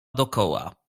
dokoła